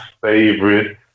favorite